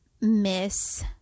miss